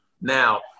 Now